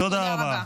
תודה רבה.